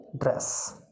dress